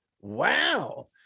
Wow